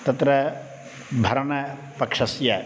तत्र भरणपक्षस्य